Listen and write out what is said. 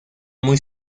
muy